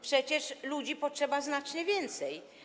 Przecież ludzi potrzeba znacznie więcej.